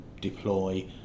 deploy